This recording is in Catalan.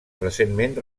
recentment